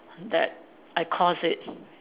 that I caused it